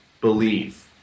Believe